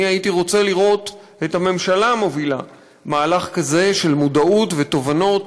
הייתי רוצה לראות את הממשלה מובילה מהלך כזה של מודעות ותובנות